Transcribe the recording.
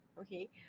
Okay